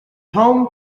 home